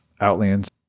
Outlands